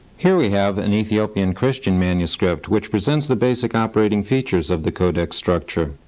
here we have an ethiopian christian manuscript which presents the basic operating features of the codex structure.